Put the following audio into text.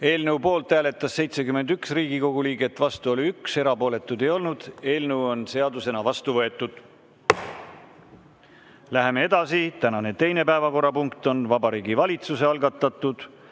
Eelnõu poolt hääletas 71 Riigikogu liiget, vastu oli 1, erapooletuid ei olnud. Eelnõu on seadusena vastu võetud. Läheme edasi. Tänane teine päevakorrapunkt on Vabariigi Valitsuse algatatud